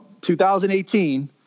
2018